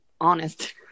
honest